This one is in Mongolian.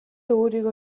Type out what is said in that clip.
өөрийгөө